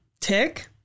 tick